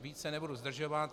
Víc nebudu zdržovat.